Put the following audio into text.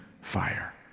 fire